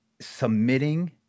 submitting